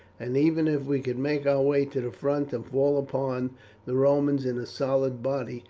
and even if we could make our way to the front, and fall upon the romans in a solid body,